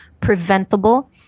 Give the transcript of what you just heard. preventable